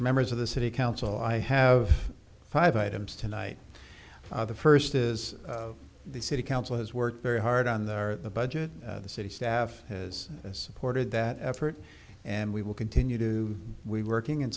members of the city council i have five items tonight the first is the city council has worked very hard on there the budget the city staff has supported that effort and we will continue to do we working